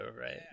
right